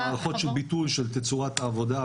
בגלל מערכות של ביטול של תצורת העבודה,